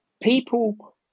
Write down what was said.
people